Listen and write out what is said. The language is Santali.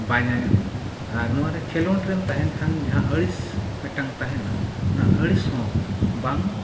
ᱵᱟᱭ ᱧᱟᱧᱟᱢᱟ ᱟᱨ ᱱᱚᱣᱟᱨᱮ ᱠᱷᱮᱞᱳᱸᱰ ᱨᱮᱢ ᱛᱟᱦᱮᱱ ᱠᱷᱟᱱ ᱡᱟᱦᱟᱸ ᱟᱹᱲᱤᱥ ᱢᱤᱫᱴᱟᱝ ᱛᱟᱦᱮᱱᱟ ᱚᱱᱟ ᱟᱹᱲᱤᱥ ᱦᱚᱸ ᱵᱟᱝ